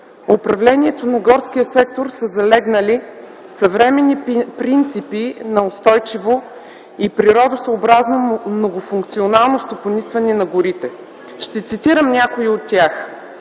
управлението на горския сектор са залегнали съвременни принципи на устойчиво и природосъобразно, многофункционално стопанисване на горите. Ще цитирам някои от тях: